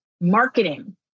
marketing